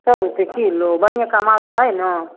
सौ रुपैए किलो बढ़िआँका मालदह अइ ने